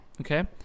okay